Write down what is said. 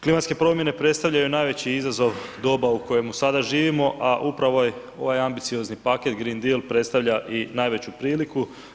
Klimatske promjene predstavljaju najveći izazov doba u kojemu sada živimo, a upravo je ovaj ambiciozni paket Green Deal predstavlja i najveću priliku.